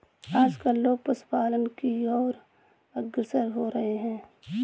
आजकल लोग पशुपालन की और अग्रसर हो रहे हैं